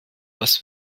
was